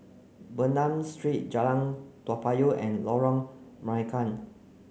Bernam Street Jalan Toa Payoh and Lorong Marican